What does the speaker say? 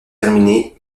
terminé